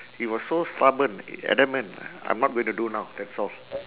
he was so stubborn and then man I'm not gonna do now that's all